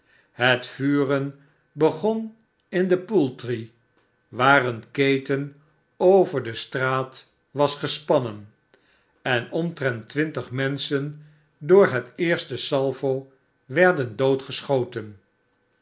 het vuren begon in de poultry waar eene keten over de straat was gespannen en omtrent twintig menschen door het eerste salvo werden doodgeschoten